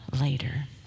later